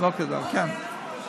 או, לא הייתה לנו פרשת השבוע.